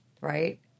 right